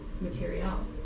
material